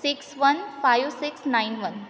six one five six nine one